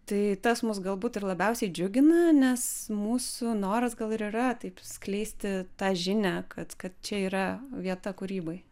tai tas mus galbūt ir labiausiai džiugina nes mūsų noras gal ir yra taip skleisti tą žinią kad kad čia yra vieta kūrybai